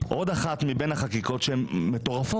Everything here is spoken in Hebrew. עוד אחת מבין החקיקות שהן מטורפות.